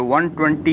120